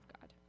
God